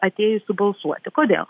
atėjusių balsuoti kodėl